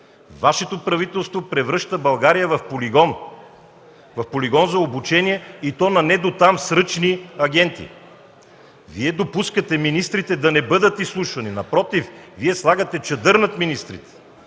Вашето правителство превръща България в полигон за обучение, и то на недотам сръчни агенти. Вие допускате министрите да не бъдат изслушвани. Напротив, Вие слагате чадър над министрите.